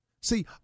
See